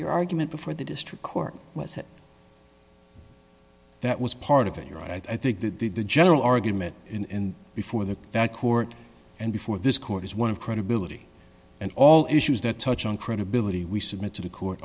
your argument before the district court was that that was part of it you're right i think that the the general argument in before the that court and before this court is one of credibility and all issues that touch on credibility we submit to the court